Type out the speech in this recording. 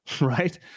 Right